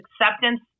acceptance